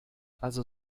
also